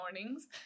mornings